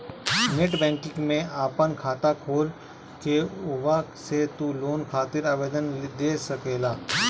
net banking में आपन खाता खोल के उहवा से तू लोन खातिर आवेदन दे सकेला